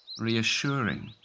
reassuring.